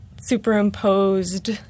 superimposed